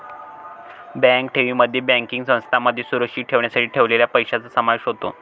bank ठेवींमध्ये banking संस्थांमध्ये सुरक्षित ठेवण्यासाठी ठेवलेल्या पैशांचा समावेश होतो